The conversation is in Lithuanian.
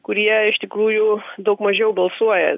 kurie iš tikrųjų daug mažiau balsuoja